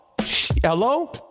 Hello